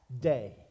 day